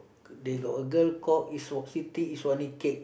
they got a girl called iswa~ Siti-Iswani cake